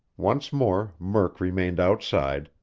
once more murk remained outside,